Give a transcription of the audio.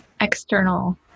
external